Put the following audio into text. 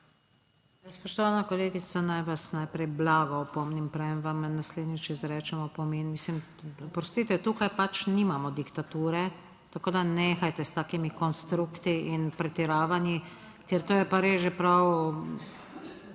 Spoštovana kolegica, naj vas najprej blago opomnim, preden vam naslednjič izrečem opomin. Mislim, oprostite, tukaj pač nimamo diktature, tako da nehajte s takimi konstrukti in pretiravanji, ker to je pa res že prav